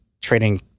trading